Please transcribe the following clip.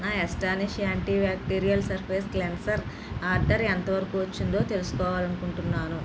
నా ఎస్టానిష్ antibacterial surface cleanser order ఎంతవరకు వచ్చిందో తెలుసుకోవాలనుకుంటున్నాను